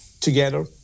together